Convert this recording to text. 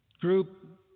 group